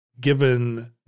given